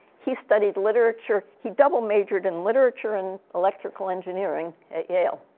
he studied literature. he double majored in literature and electrical engineering at yale.